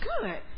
good